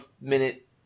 minute